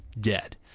dead